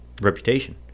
reputation